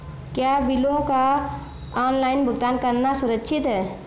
क्या बिलों का ऑनलाइन भुगतान करना सुरक्षित है?